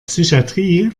psychatrie